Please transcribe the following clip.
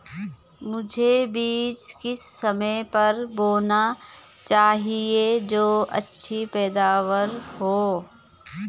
मुझे बीज किस समय पर बोना चाहिए जो अच्छी पैदावार हो?